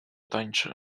tańczy